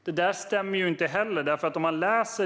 Detta stämmer inte heller.